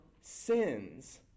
sins